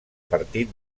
partit